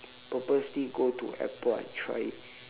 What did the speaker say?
purposely go to airport and try it